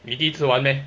你第一次玩 meh